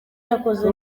yakoze